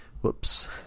Whoops